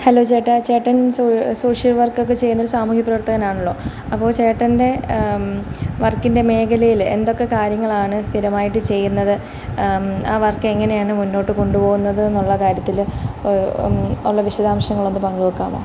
hello ചേട്ടാ ചേട്ടന് ച് സോഷ്യല് വര്ക്കൊക്കെ ചെയ്യുന്നൊരു സാമൂഹിക പ്രവര്ത്തകനാണല്ലോ അപ്പോൾ ചേട്ടന്റെ വര്ക്കിന്റെ മേഖലയിൽ എന്തൊക്കെ കാര്യങ്ങളാണ് സ്ഥിരമായിട്ട് ചെയ്യുന്നത് ആ വര്ക്കെങ്ങനെയാണ് മുന്നോട്ടു കൊണ്ടുപോകുന്നതെന്നുള്ള കാര്യത്തിൽ ഉള്ള വിശദാംശങ്ങളൊന്നു പങ്കു വെക്കാമോ